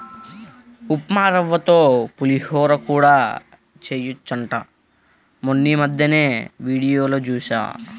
ఉప్మారవ్వతో పులిహోర కూడా చెయ్యొచ్చంట మొన్నీమద్దెనే వీడియోలో జూశా